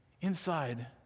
inside